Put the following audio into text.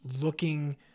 looking